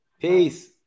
Peace